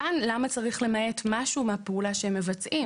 כאן למה צריך למעט משהו מהפעולה שהם מבצעים?